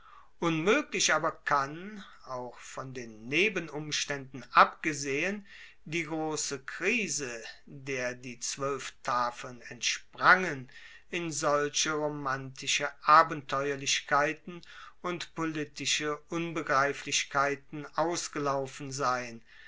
unmoeglich aber kann auch von den nebenumstaenden abgesehen die grosse krise der die zwoelf tafeln entsprangen in solche romantische abenteuerlichkeiten und politische unbegreiflichkeiten ausgelaufen sein